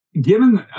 Given